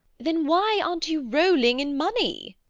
then why aren't you rolling in money?